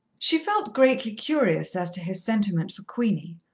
she felt greatly curious as to his sentiment for queenie,